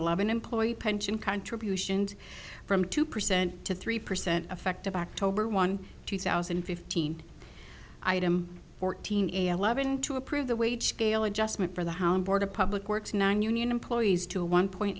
eleven employee pension contributions from two percent to three percent effective october one two thousand and fifteen item fourteen eleven to approve the wage scale adjustment for the how the public works nonunion employees to one point